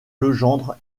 legendre